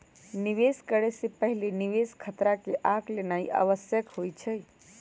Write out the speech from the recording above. निवेश करे से पहिले निवेश खतरा के आँक लेनाइ आवश्यक होइ छइ